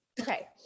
Okay